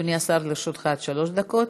אדוני השר, לרשותך עד שלוש דקות.